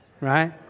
right